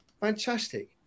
Fantastic